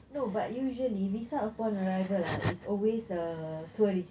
no but usually visa upon arrival lah always uh tourist